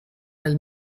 elles